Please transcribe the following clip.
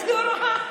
אני לא רואה.